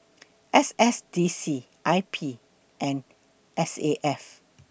S S D C I P and S A F